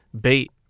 bait